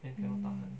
mm